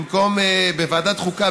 מטעם ועדת החוקה,